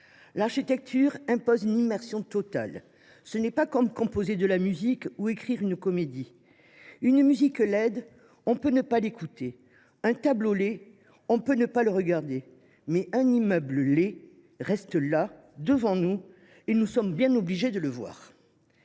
L’architecture impose une immersion totale. Ce n’est pas comme composer de la musique ou écrire une comédie. […] Une musique laide, on peut ne pas l’écouter ; un tableau laid, on peut ne pas le regarder, mais un immeuble laid reste là, devant nous, et nous sommes bien obligés de le voir.